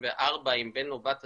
24, עם בן או בת הזוג,